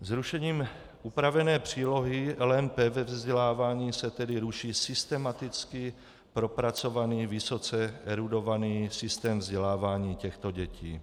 Zrušením upravené přílohy LMP ve vzdělávání se tedy ruší systematicky propracovaný, vysoce erudovaný systém vzdělávání těchto dětí.